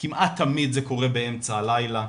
כמעט תמיד זה קורה באמצע הלילה,